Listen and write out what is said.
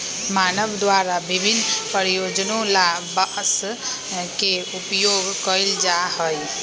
मानव द्वारा विभिन्न प्रयोजनों ला बांस के उपयोग कइल जा हई